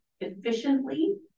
efficiently